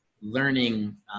learning